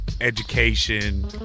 education